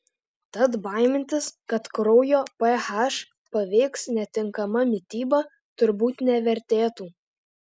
tad baimintis kad kraujo ph paveiks netinkama mityba turbūt nevertėtų